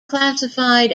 classified